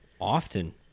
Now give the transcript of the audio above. Often